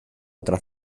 otra